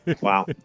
Wow